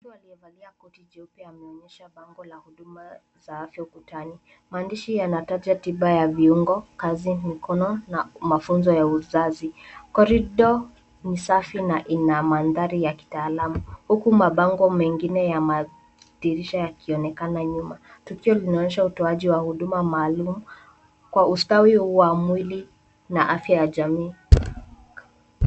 Mtu aliyevalia koti jeupe ameonyesha bango la huduma za afya ukutani. Maandishi yanataja tiba ya viungo, kazi, mkono, na mafunzo ya uzazi. Koridoo ni safi na ina mandhari ya kitaalamu, huku mabango mengine ya madirisha yakionekana nyuma. Tukio linaonyesha utoaji wa huduma maalumu, kwa ustawi huu wa mwili na afya ya jamii.